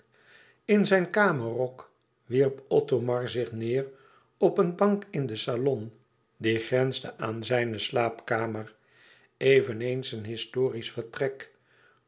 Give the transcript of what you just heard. in zijn kamerrok wierp othomar zich neêr op een bank in den salon die grensde aan zijne slaapkamer eveneens een historisch vertrek